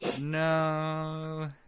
No